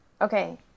Okay